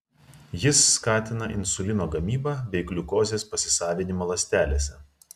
jis skatina insulino gamybą bei gliukozės pasisavinimą ląstelėse